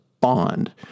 bond